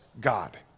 God